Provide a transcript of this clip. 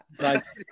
Nice